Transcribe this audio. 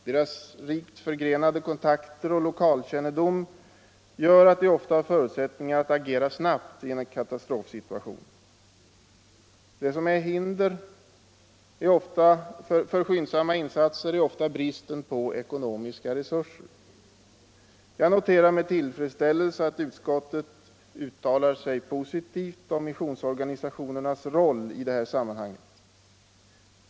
Deras rikt förgrenade kontakter och lokalkännedom gör att de ofta har förutsättningar att agera snabbt i en katastrofsituation. Det som är ett hinder för skyndsamma insatser är ofta bristen på ekonomiska resurser. Jag noterar med tillfredsställelse att utskottet uttalar sig positivt om missionsorganisationernas roll i det här sammanhanget.